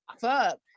Fuck